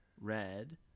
Red